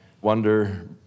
wonder